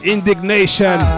Indignation